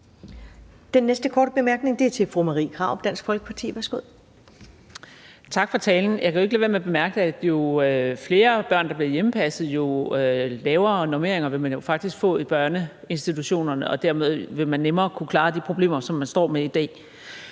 Den næste korte bemærkning er fra fru Marie Krarup, Dansk Folkeparti. Værsgo. Kl. 16:34 Marie Krarup (DF): Tak for talen. Jeg kan jo ikke lade være med at bemærke, at jo flere børn, der bliver hjemmepasset, jo lavere normeringer vil man faktisk få i børneinstitutionerne, og dermed vil man nemmere kunne klare de problemer, som man står med i dag.